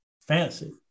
fantasy